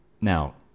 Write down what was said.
Now